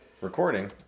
recording